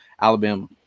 Alabama